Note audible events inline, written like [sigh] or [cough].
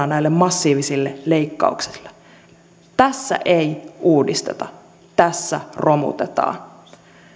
[unintelligible] näille massiivisille leikkauksille tässä ei uudisteta tässä romutetaan